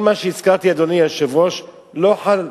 כל מה שהזכרתי, אדוני היושב-ראש, לא חל.